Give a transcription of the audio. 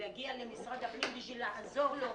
להגיע למשרד הפנים בשביל לעזור לו,